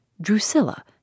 Drusilla